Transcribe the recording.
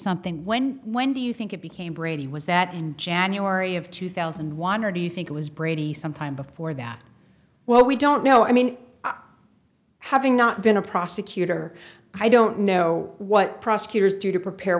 something when when do you think it became brady was that in january of two thousand and one or do you think it was brady some time before that well we don't know i mean having not been a prosecutor i don't know what prosecutors do to prepare